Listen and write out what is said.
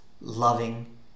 loving